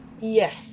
Yes